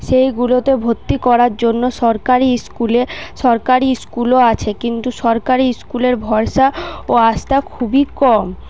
সেইগুলোতে ভর্তি করার জন্য সরকারি স্কুলে সরকারি স্কুলও আছে কিন্তু সরকারি স্কুলের ভরসা ও আস্থা খুবই কম